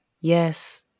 Yes